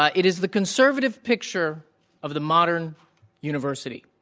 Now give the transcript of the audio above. ah it is the conservative picture of the modern university.